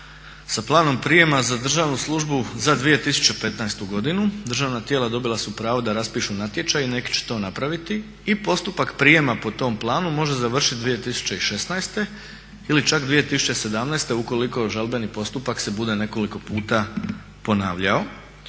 sa planom prijema za državnu službu za 2015.godinu državna tijela dobila su pravo da raspišu natječaj i neki će to napraviti i postupak prijema po tom planu može završiti 2016.ili čak 2017.ukoliko žalbeni postupak se bude nekoliko puta ponavljao.